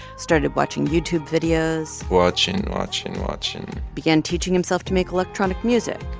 started watching youtube videos. watching, watching, watching. began teaching himself to make electronic music,